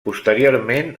posteriorment